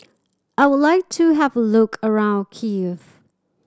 I would like to have a look around Kiev